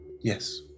Yes